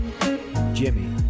Jimmy